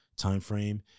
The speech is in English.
timeframe